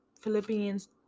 Philippians